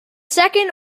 second